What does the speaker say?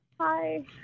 Hi